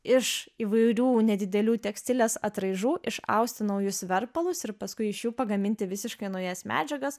iš įvairių nedidelių tekstilės atraižų išausti naujus verpalus ir paskui iš jų pagaminti visiškai naujas medžiagas